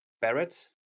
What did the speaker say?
Barrett